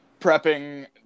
prepping